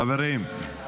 חברים.